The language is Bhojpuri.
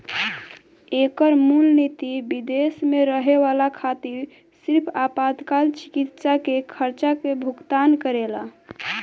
एकर मूल निति विदेश में रहे वाला खातिर सिर्फ आपातकाल चिकित्सा के खर्चा के भुगतान करेला